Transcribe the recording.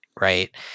right